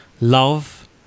love